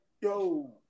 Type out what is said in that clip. yo